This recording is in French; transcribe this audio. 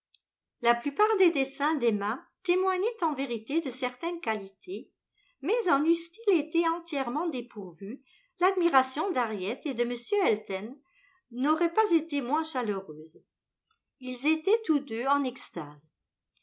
la plupart des dessins d'emma témoignaient en vérité de certaines qualités mais en eussent-ils été entièrement dépourvus l'admiration d'harriet et de m elton n'aurait pas été moins chaleureuse ils étaient tous deux en extase